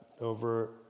over